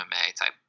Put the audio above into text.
MMA-type